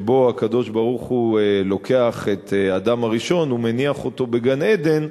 שבו הקדוש-ברוך-הוא לוקח את האדם הראשון ומניח אותו בגן-עדן,